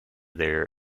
their